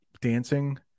dancing